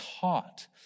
taught